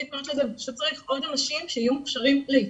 צריך עוד אנשים שיהיו מוכשרים לאיתור,